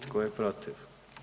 Tko je protiv?